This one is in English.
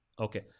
Okay